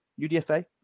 UDFA